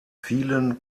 vielen